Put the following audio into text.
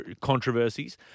controversies